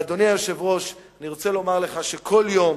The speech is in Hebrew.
אדוני היושב-ראש, אני רוצה לומר לך שכל יום